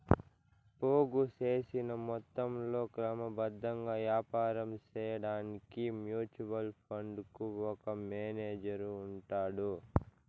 పోగు సేసిన మొత్తంలో క్రమబద్ధంగా యాపారం సేయడాన్కి మ్యూచువల్ ఫండుకు ఒక మేనేజరు ఉంటాడు